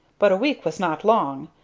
but a week was not long,